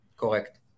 Correct